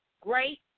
great